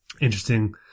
interesting